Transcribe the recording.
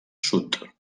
sud